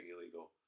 illegal